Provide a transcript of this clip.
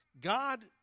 God